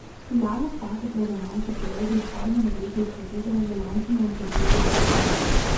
ją nustatant rezonanso periodui į formulę reikia įstatyti rezonansinių amplitudžių reikšmes